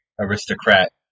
aristocrat